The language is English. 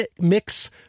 mix